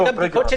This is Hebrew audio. התיירים.